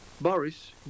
Boris